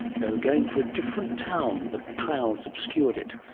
they were going for a different town, but clouds obscured it,